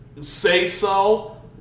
say-so